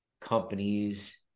companies